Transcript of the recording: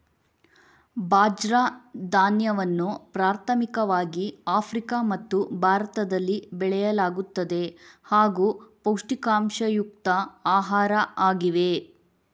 ಬಾಜ್ರ ಧಾನ್ಯವನ್ನು ಪ್ರಾಥಮಿಕವಾಗಿ ಆಫ್ರಿಕಾ ಮತ್ತು ಭಾರತದಲ್ಲಿ ಬೆಳೆಯಲಾಗುತ್ತದೆ ಹಾಗೂ ಪೌಷ್ಟಿಕಾಂಶಯುಕ್ತ ಆಹಾರ ಆಗಿವೆ